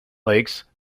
lakes